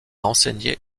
enseigner